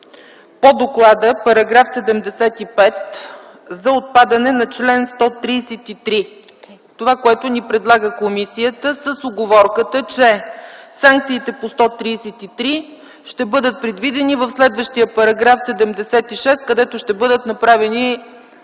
по доклада § 75 за отпадане на чл. 133 – това, което ни предлага комисията, с уговорката, че санкциите по чл. 133 ще бъдат предвидени в следващия § 76, където ще бъдат гласувани